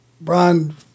Brian